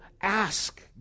ask